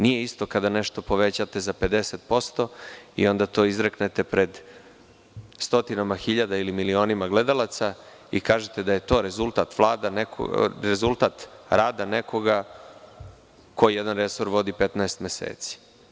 Nije isto kada nešto povećate za 50% i onda to izreknete pred stotinama hiljada ili milionima gledalaca i kažete da je to rezultat rada nekoga ko jedan resor vodi 15 meseci.